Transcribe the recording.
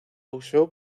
usó